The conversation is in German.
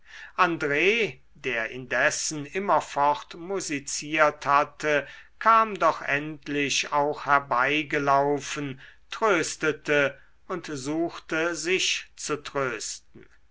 andr der indessen immerfort musiziert hatte kam doch endlich auch herbei gelaufen tröstete und suchte sich zu trösten